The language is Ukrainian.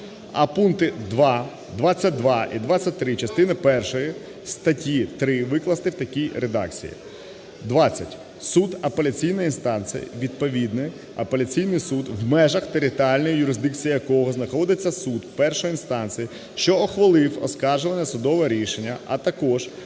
а пункти 2, 22 і 23 частини першої статті 3 викласти в такій редакції: "20) суд апеляційної інстанції - відповідний апеляційний суд, в межах територіальної юрисдикції якого знаходиться суд першої інстанції, що ухвалив оскаржуване судове рішення, а також